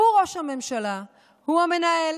הוא ראש הממשלה, הוא המנהל,